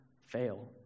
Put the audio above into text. fail